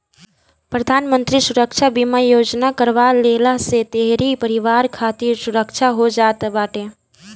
प्रधानमंत्री सुरक्षा बीमा योजना करवा लेहला से तोहरी परिवार खातिर सुरक्षा हो जात बाटे